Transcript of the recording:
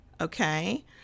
okay